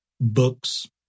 books